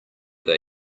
they